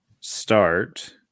start